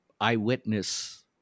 eyewitness